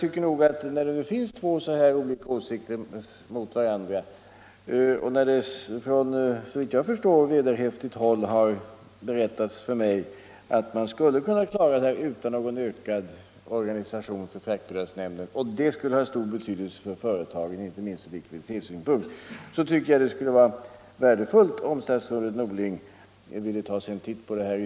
Men när två så olika åsikter står mot varandra och det från såvitt jag förstår vederhäftigt håll har berättats mig att man skulle kunna klara det här utan någon ökad organisation för fraktbidragsnämnden och när nu detta skulle ha stor betydelse för företagen inte minst ur likviditetssynpunkt, så tycker jag att det skulle vara värdefullt om statsrådet Norling ville ta ytterligare en titt på det här.